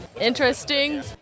Interesting